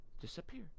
disappear